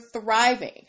thriving